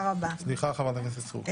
סליחה, חברת הכנסת סטרוק.